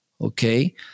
Okay